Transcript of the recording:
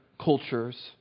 cultures